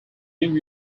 new